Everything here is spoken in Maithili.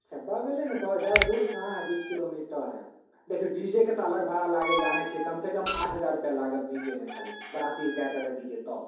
बगलेमे तऽ हइ जादा दूर कहाँ हइ बीस किलोमीटर हइ देखिऔ डी जे के तऽ अलग भाड़ा लागै हइ जानै छिए कमसँ कम आठ हजार रुपैआ लागत डी जे मे खाली बराती जाएत अगर डी जे तब